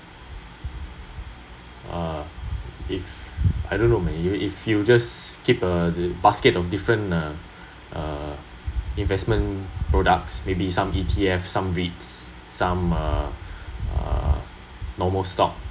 uh if I don’t know man if you just keep a basket of different uh uh investment products maybe some E_T_F some REITS some uh uh normal stock